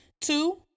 Two